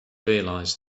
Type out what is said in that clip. realize